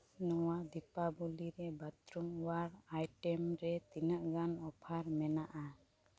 ᱱᱚᱣᱟ ᱫᱤᱯᱟᱵᱚᱞᱤ ᱨᱮ bathroom ware item ᱨᱮ ᱛᱤᱱᱟᱹᱜ ᱜᱟᱱ ᱚᱯᱷᱟᱨ ᱢᱮᱱᱟᱜᱼᱟ